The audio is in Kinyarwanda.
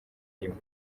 rimwe